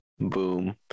boom